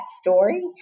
story